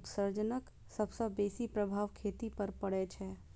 उत्सर्जनक सबसं बेसी प्रभाव खेती पर पड़ै छै